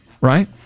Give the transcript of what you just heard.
right